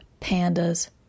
pandas